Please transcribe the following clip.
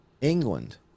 England